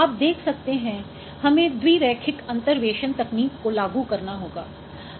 आप देख सकते हैं हमें द्विरैखिक अंतर्वेशन तकनीक को लागू करना होगा